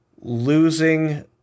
losing